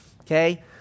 okay